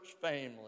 family